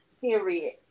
Period